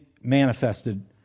manifested